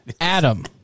Adam